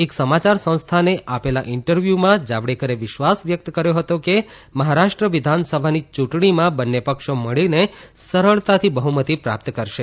એક સમાયાર સંસ્થાને આપેલા ઇન્ટરવ્યુમાં જાવડેકરે વિશ્વાસ વ્યક્ત કર્યો હતો કે મહારાષ્ટ્ર વિધાનસભાની ચૂંટણીમાં બંને પક્ષો મળીને સરળતાથી બફમતી પ્રાપ્ત કરશે